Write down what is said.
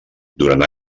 durant